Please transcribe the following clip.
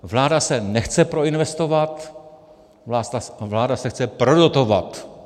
Vláda se nechce proinvestovat, vláda se chce prodotovat.